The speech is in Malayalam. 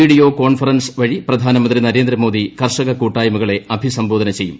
വീഡിയോ കോൺഫറൻസ് വഴി പ്രധാനമന്ത്രി നരേന്ദ്രമോദി കർഷക കൂട്ടായ്മകളെ അഭിസംബോധന ചെയ്യും